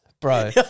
Bro